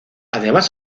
además